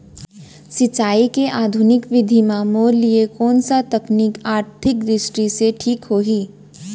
सिंचाई के आधुनिक विधि म मोर लिए कोन स तकनीक आर्थिक दृष्टि से ठीक होही?